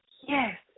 Yes